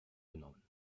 genommen